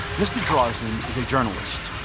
mr. drosnin is a journalist.